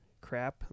crap